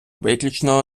виключно